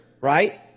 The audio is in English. Right